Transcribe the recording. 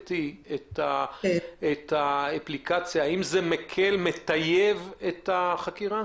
והורדתי את האפליקציה, האם זה מטייב את החקירה?